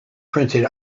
printed